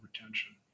retention